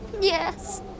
Yes